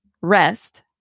rest